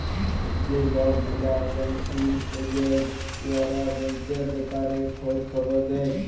যে লক গিলা ব্যাংকিং এজেল্ট উয়ারা ব্যাংকের ব্যাপারে খঁজ খবর দেই